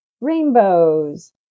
rainbows